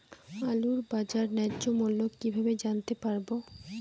আলুর বাজার ন্যায্য মূল্য কিভাবে জানতে পারবো?